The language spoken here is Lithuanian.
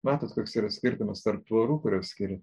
matot koks yra skirtumas tarp tvorų kurios skiria